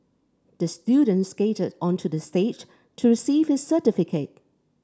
the student skated onto the stage to receive his certificate